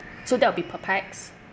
so that will be per pax